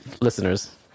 listeners